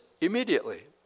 immediately